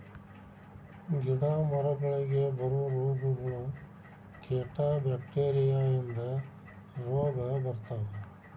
ಗಿಡಾ ಮರಗಳಿಗೆ ಬರು ರೋಗಗಳು, ಕೇಟಾ ಬ್ಯಾಕ್ಟೇರಿಯಾ ಇಂದ ರೋಗಾ ಬರ್ತಾವ